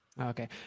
Okay